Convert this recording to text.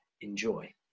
enjoy